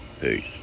Peace